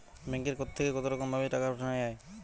ব্যাঙ্কের থেকে কতরকম ভাবে টাকা পাঠানো য়ায়?